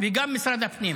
וגם משרד הפנים.